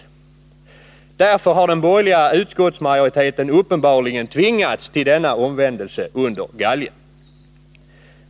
Därför har den borgerliga utskottsmajoriteten uppenbarligen tvingats till denna omvändelse under galgen.